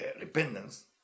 repentance